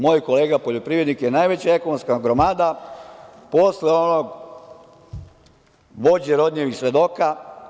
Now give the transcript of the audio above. Moj kolega poljoprivrednik je najveća ekonomska gromada posle onog vođe Rodnijevih svedoka.